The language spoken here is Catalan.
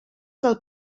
del